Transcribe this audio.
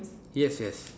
yes yes